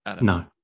No